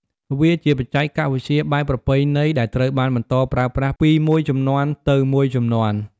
វាជាបច្ចេកវិទ្យាបែបប្រពៃណីដែលត្រូវបានបន្តប្រើប្រាស់ពីមួយជំនាន់ទៅមួយជំនាន់។